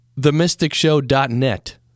TheMysticShow.net